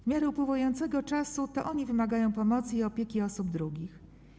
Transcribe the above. W miarę upływu czasu to oni wymagają pomocy i opieki osób drugich.